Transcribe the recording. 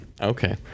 Okay